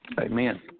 Amen